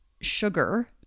sugar